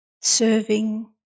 Serving